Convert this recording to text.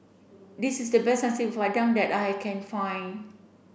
this is the best Nasi Padang that I can find